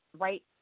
right